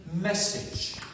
message